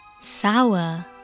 sour